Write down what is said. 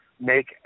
make